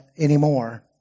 anymore